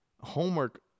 homework